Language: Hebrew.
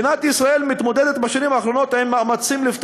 מדינת ישראל מתמודדת בשנים האחרונות עם מאמצים מצד